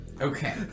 Okay